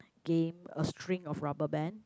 game a string of rubber band